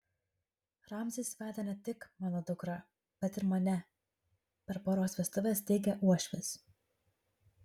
ramzis vedė ne tik mano dukrą bet ir mane per poros vestuves teigė uošvis